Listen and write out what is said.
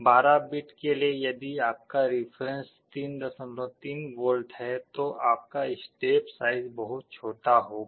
12 bit के लिए यदि आपका रिफरेन्स 33 वोल्ट है तो आपका स्टेप साइज बहुत छोटा होगा